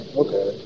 okay